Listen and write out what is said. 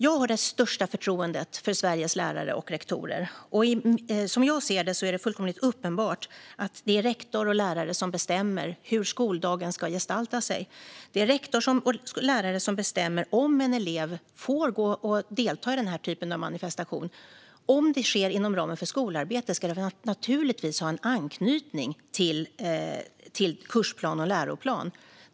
Jag har det största förtroende för Sveriges lärare och rektorer, och för mig är det fullkomligt uppenbart att det är lärare och rektorer som bestämmer hur skoldagen ska gestalta sig. Det är rektor och lärare som bestämmer om en elev får delta i denna typ av manifestation. Om det sker inom ramen för skolarbete ska det givetvis ha en anknytning till kursplan och läroplan.